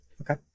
Okay